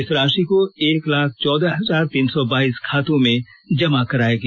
इस राशि को एक लाख चौदह हजार तीन सौ बाईस खातों में जमा कराया गया